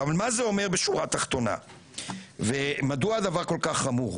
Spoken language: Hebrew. מה זה אומר בשורה התחתונה, ומדוע הדבר כל כך חמור?